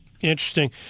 Interesting